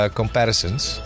comparisons